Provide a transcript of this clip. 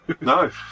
No